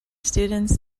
students